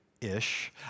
Ish